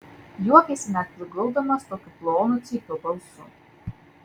juokėsi net priguldamas tokiu plonu cypiu balsu